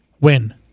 Win